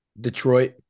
Detroit